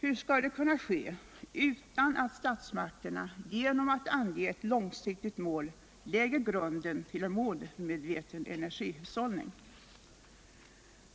Hur skall det kunna ske utan att statsmakterna, genom att ange ett långsiktigt mål, lägger grunden till en målmedveten energihushållning?